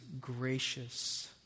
gracious